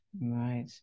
Right